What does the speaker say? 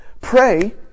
pray